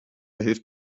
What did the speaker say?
hilft